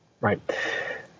Right